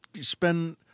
spend